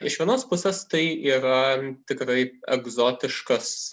iš vienos pusės tai yra tikrai egzotiškas